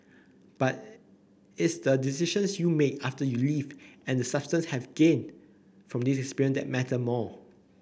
but its the decisions you make after you leave and the substance have gained from this experience that matter more